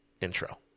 intro